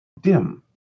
dim